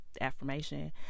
affirmation